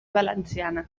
valenciana